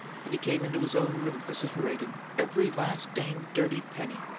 and he came into his own room vociferating, every last, dang, dirty penny!